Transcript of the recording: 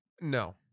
No